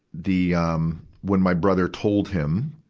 the, um, when my brother told him,